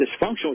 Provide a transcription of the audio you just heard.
dysfunctional